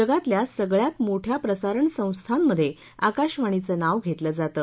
जगातल्या सगळ्यात मोठ्या प्रसारण संस्थांमध्ये आकाशवाणीचं नाव घेतलं जातं